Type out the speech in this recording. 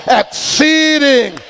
exceeding